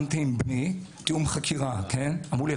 תיאמתי עם בני אמרו לי,